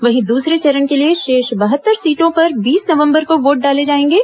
वहीं दूसरे चरण के लिए शेष बहत्तर सीटों पर बीस नवंबर को वोट डाले जाएंगे